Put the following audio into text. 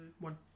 One